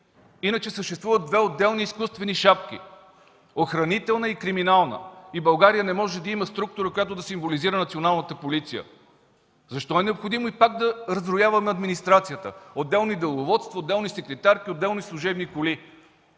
иначе съществуват две отделни изкуствени шапки – охранителна и криминална, и България не може да има структура, която да символизира Националната полиция. Защо е необходимо пак да разрояваме администрацията – отделни деловодства, отделни секретарки, отделни служебни коли?